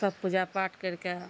सब पूजा पाठ करि कऽ